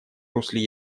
русле